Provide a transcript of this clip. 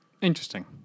Interesting